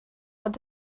ond